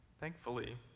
Thankfully